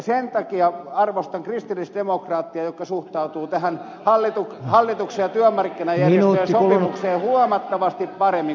sen takia arvostan kristillisdemokraatteja jotka suhtautuvat tähän hallituksen ja työmarkkinajärjestöjen sopimukseen huomattavasti paremmin kuin vasemmisto